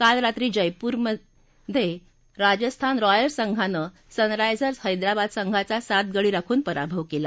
काल रात्री जयपूरमधे राजस्थान रॉयल्स संघानं सनरायझर्स हैदराबाद संघाचा सात गडी राखून पराभव केला